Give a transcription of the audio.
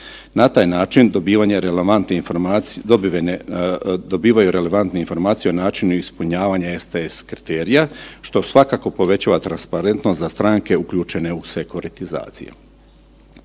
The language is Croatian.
informacije, dobivaju relevantne informacije o načinu ispunjavanja STS kriterija što svakako povećava transparentnost za stranke uključene u sekuratizaciju.